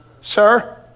sir